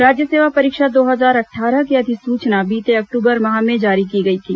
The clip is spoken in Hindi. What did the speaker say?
राज्य सेवा परीक्षा दो हजार अट्ठारह की अधिसूचना बीते अक्टूबर माह में जारी की गई थी